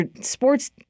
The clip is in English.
sports